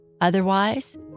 Otherwise